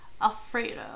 Alfredo